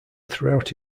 throughout